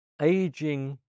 aging